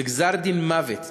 זה גזר-דין מוות,